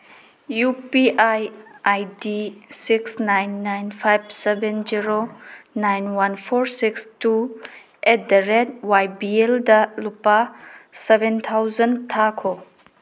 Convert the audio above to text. U P I I D six nine nine five seven zero nine one four six two eight the rate ꯋꯥꯏ ꯕꯤ ꯑꯦꯜꯗ ꯂꯨꯄꯥ seven thousand ꯊꯥꯈꯣ